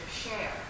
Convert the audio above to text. share